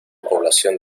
población